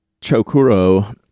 Chokuro